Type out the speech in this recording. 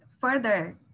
further